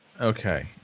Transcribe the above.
Okay